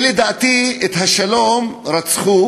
לדעתי, את השלום רצחו